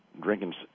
drinking